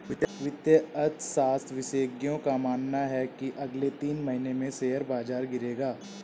वित्तीय अर्थशास्त्र विशेषज्ञों का मानना है की अगले तीन महीने में शेयर बाजार गिरेगा